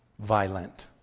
violent